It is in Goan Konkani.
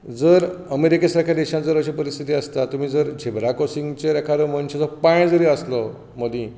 जर अमेरिके सारक्या देशांत जर अशी परिस्थिती आसता तुमी जर झेब्रा क्रॉसिंगेचेर एकाद्या मनशेचो पांय जरी आसलो मदीं